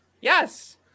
Yes